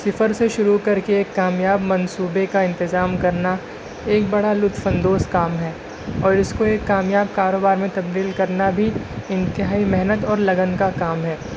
صفر سے شروع کر کے ایک کامیاب منصوبے کا انتظام کرنا ایک بڑا لطف اندوز کام ہے اور اس کو ایک کامیاب کاروبار میں تبدیل کرنا بھی انتہائی محنت اور لگن کا کام ہے